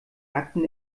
akten